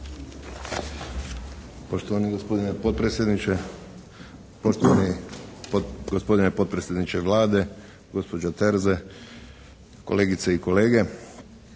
Hvala vam